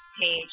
page